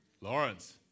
Lawrence